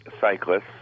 cyclists